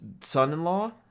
son-in-law